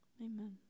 Amen